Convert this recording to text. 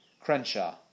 Crenshaw